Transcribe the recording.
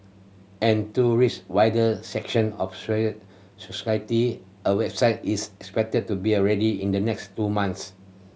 and to reach wider section of society a website is expected to be already in the next two months